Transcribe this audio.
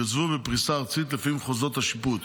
יוצבו בפריסה ארצית לפי מחוזות השיפוט